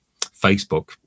Facebook